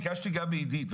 וביקשתי גם מעידית,